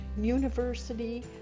university